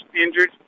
injured